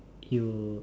you